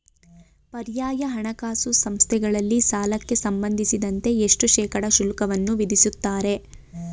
ಪರ್ಯಾಯ ಹಣಕಾಸು ಸಂಸ್ಥೆಗಳಲ್ಲಿ ಸಾಲಕ್ಕೆ ಸಂಬಂಧಿಸಿದಂತೆ ಎಷ್ಟು ಶೇಕಡಾ ಶುಲ್ಕವನ್ನು ವಿಧಿಸುತ್ತಾರೆ?